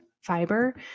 fiber